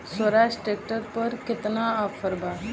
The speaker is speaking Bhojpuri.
स्वराज ट्रैक्टर पर केतना ऑफर बा?